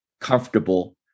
comfortable